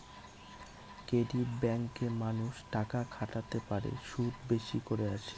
credit ব্যাঙ্কে মানুষ টাকা খাটাতে পারে, সুদ বেশি করে আসে